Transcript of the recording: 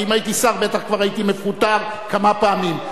כי אם הייתי שר בטח כבר הייתי מפוטר כמה פעמים.